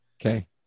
Okay